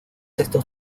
estos